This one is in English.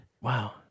Wow